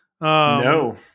No